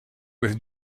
with